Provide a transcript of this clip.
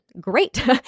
great